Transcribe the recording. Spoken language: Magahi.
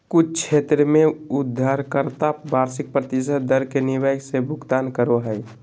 कुछ क्षेत्र में उधारकर्ता वार्षिक प्रतिशत दर के नियम से भुगतान करो हय